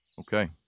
Okay